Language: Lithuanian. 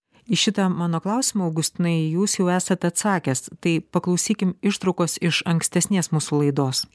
į šitą mano klausimą augustinai jūs jau esat atsakęs tai paklausykim ištraukos iš ankstesnės mūsų laidos